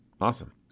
Awesome